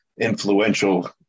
influential